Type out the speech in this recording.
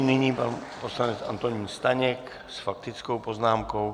Nyní pan poslanec Antonín Staněk s faktickou poznámkou.